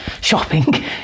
shopping